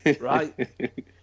right